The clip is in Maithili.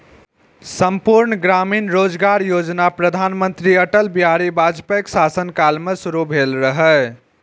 संपूर्ण ग्रामीण रोजगार योजना प्रधानमंत्री अटल बिहारी वाजपेयीक शासन काल मे शुरू भेल रहै